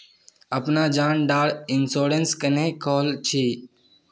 अपना जान डार इंश्योरेंस क्नेहे खोल छी?